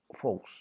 false